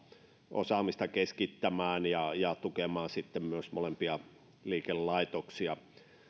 osaamista keskittämään ja ja tukemaan myös molempia liikelaitoksia